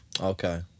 Okay